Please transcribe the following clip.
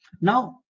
now